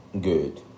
Good